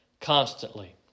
constantly